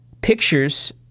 pictures